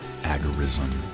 agorism